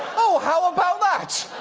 oh, how about that?